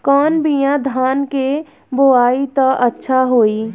कौन बिया धान के बोआई त अच्छा होई?